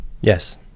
Yes